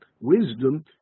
wisdom